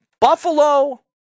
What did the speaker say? Buffalo